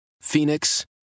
Phoenix